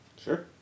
Sure